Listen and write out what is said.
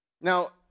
Now